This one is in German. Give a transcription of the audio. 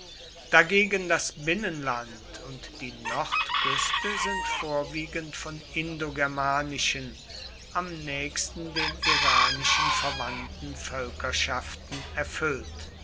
dagegen das binnenland und die nordküste sind vorwiegend von indogermanischen am nächsten den iranischen verwandten völkerschaften erfüllt